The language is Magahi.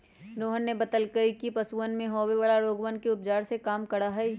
रोहन ने बतल कई कि ऊ पशुवन में होवे वाला रोगवन के उपचार के काम करा हई